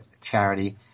charity